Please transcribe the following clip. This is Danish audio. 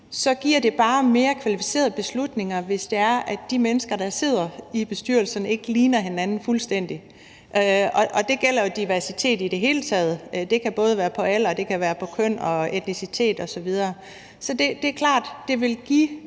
giver det bare mere kvalificerede beslutninger, hvis det er, at de mennesker, der sidder i bestyrelserne, ikke ligner hinanden fuldstændig. Det gælder jo diversitet i det hele taget – det kan både vedrøre alder, køn, etnicitet osv. Så det er klart, at det efter